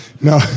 No